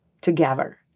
together